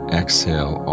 exhale